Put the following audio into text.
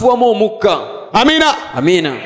Amen